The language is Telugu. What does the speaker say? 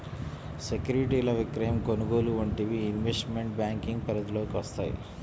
సెక్యూరిటీల విక్రయం, కొనుగోలు వంటివి ఇన్వెస్ట్మెంట్ బ్యేంకింగ్ పరిధిలోకి వత్తయ్యి